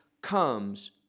comes